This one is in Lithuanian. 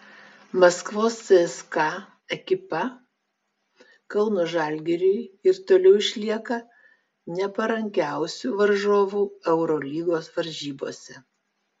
maskvos cska ekipa kauno žalgiriui ir toliau išlieka neparankiausiu varžovu eurolygos varžybose